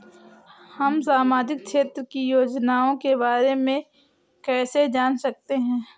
हम सामाजिक क्षेत्र की योजनाओं के बारे में कैसे जान सकते हैं?